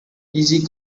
easy